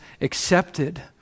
accepted